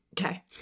Okay